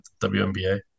WNBA